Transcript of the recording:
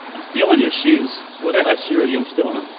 i'm stealing your shoes. what size shoe are you? i'm stealing them.